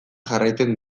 jarraitzen